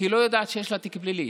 ולא יודעת שיש לה תיק פלילי.